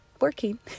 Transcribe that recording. working